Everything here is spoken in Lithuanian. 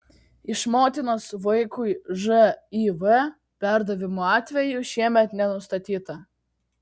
iš motinos vaikui živ perdavimo atvejų šiemet nenustatyta